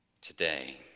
today